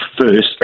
first